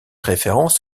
référence